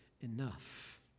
enough